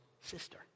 sister